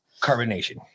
Carbonation